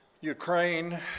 Ukraine